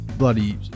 bloody